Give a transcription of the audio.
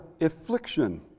affliction